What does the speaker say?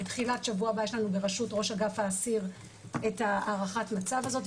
בתחילת שבוע הבא יש לנו בראשות ראש אגף האסיר את הערכת המצב הזאת,